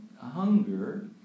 hunger